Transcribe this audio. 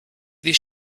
this